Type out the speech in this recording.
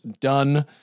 done